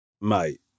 Mate